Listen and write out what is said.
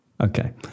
Okay